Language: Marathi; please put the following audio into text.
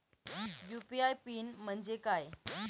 यू.पी.आय पिन म्हणजे काय?